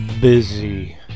Busy